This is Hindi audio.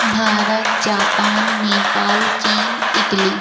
भारत जापान नेपाल चीन इटली